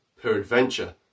peradventure